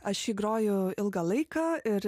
aš jį groju ilgą laiką ir